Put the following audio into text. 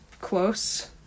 close